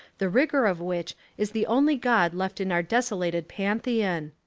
the rigour of which is the only god left in our desolated pantheon.